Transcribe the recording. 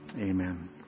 Amen